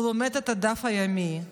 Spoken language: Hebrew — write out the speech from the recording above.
הוא לומד את הדף היומי,